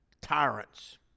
tyrants